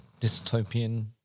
dystopian